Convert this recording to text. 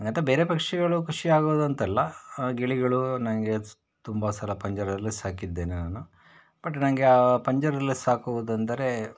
ಹಾಗಂತ ಬೇರೆ ಪಕ್ಷಿಗಳು ಖುಷಿ ಆಗೋದು ಅಂತಲ್ಲ ಆ ಗಿಳಿಗಳು ನನಗೆ ಸ್ ತುಂಬ ಸಲ ಪಂಜರದಲ್ಲಿ ಸಾಕಿದ್ದೆ ನಾನು ಬಟ್ ನನಗೆ ಆ ಪಂಜರ್ದಲ್ಲಿ ಸಾಕುವುದೆಂದರೆ